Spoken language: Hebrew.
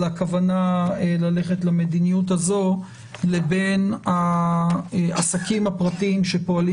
הכוונה ללכת למדיניות הזאת לבין העסקים הפרטיים שפועלים